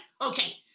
Okay